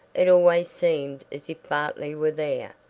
it always seemed as if bartley were there,